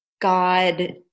God